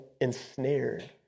ensnared